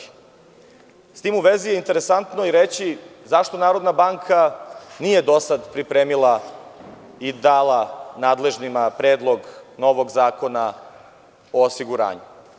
Interesantno je s tim u vezi i reći zašto Narodna banka nije do sada pripremila i dala nadležnima predlog novog zakona o osiguranju.